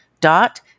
dot